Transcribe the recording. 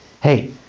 Hey